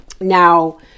Now